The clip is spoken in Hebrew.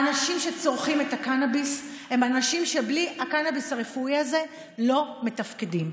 האנשים שצורכים את הקנביס הם אנשים שבלי הקנביס הרפואי הזה לא מתפקדים.